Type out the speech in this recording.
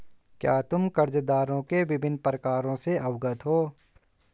क्या तुम कर्जदारों के विभिन्न प्रकारों से अवगत हो?